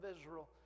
Israel